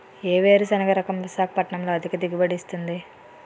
ఏ వేరుసెనగ రకం విశాఖపట్నం లో అధిక దిగుబడి ఇస్తుంది?